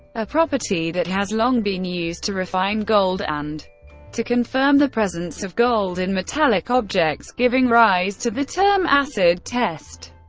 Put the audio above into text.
a property that has long been used to refine gold and to confirm the presence of gold in metallic objects, giving rise to the term acid test.